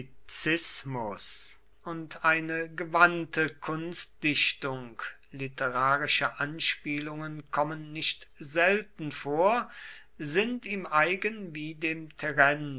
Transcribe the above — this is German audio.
eklektizismus und eine gewandte kunstdichtung literarische anspielungen kommen nicht selten vor sind ihm eigen wie dem